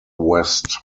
west